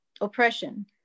oppression